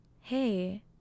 hey